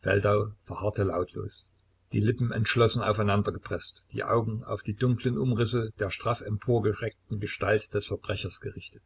feldau verharrte lautlos die lippen entschlossen aufeinander gepreßt die augen auf die dunklen umrisse der straff emporgereckten gestalt des verbrechers gerichtet